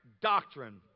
doctrine